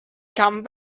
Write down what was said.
come